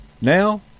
Now